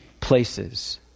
places